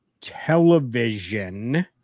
television